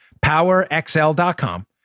PowerXL.com